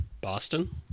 Boston